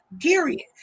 Period